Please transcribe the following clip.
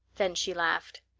then she laughed.